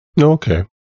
Okay